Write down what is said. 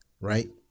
right